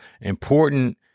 important